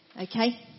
Okay